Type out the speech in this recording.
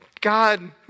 God